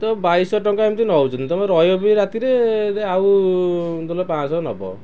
ତ ବାଇଶିଶହ ଟଙ୍କା ଏମିତି ନଉଛନ୍ତି ତୁମେ ରହିବବି ରାତିରେ ଆଉ ଦେଲେ ପାଞ୍ଚଶହ ନବ